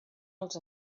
els